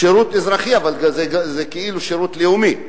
שירות אזרחי, אבל זה כאילו שירות לאומי.